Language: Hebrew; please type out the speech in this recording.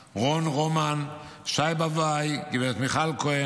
רון רומן, שי באבאי וגב' מיכל כהן,